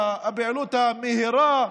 הפעילות המהירה,